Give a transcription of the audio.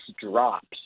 drops